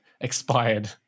expired